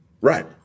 Right